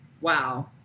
Wow